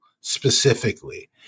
specifically